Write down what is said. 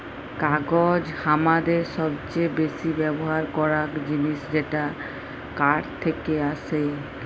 কাগজ হামাদের সবচে বেসি ব্যবহার করাক জিনিস যেটা কাঠ থেক্কে আসেক